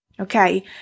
Okay